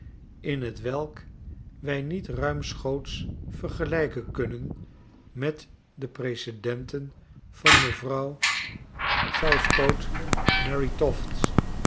staten t welk wij niet ruimschoots vergelijken kunnen met de precedenten van mevrouw southcote mary tofts